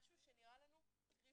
משהו שנראה לנו טריוויאלי,